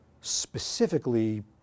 specifically